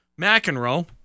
McEnroe